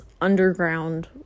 underground